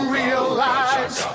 realize